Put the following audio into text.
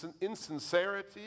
insincerity